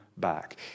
back